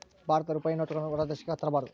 ಭಾರತದ ರೂಪಾಯಿ ನೋಟುಗಳನ್ನು ಹೊರ ದೇಶಕ್ಕೆ ತರಬಾರದು